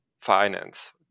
finance